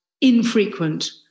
infrequent